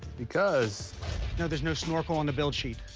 because no, there's no snorkel on the build sheet.